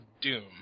Doom